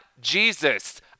Jesus